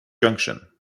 junction